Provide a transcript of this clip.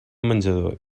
menjador